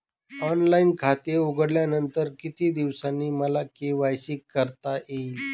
Online खाते उघडल्यानंतर किती दिवसांनी मला के.वाय.सी करता येईल?